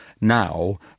Now